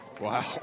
Wow